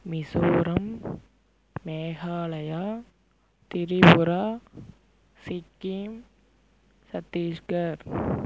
Mizoram Meghalaya Tripura Sikkim Chhattisgarh